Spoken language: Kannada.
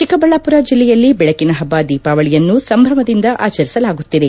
ಚಿಕ್ಕಬಳ್ಳಾಪುರ ಜಿಲ್ಲೆಯಲ್ಲಿ ಬೆಳಕಿನ ಹಬ್ಬ ದೀಪಾವಳಿಯನ್ನು ಸಂಭ್ರಮದಿಂದ ಆಚರಿಸಲಾಗುತ್ತಿದೆ